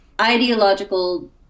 ideological